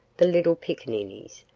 the little piccaninnies,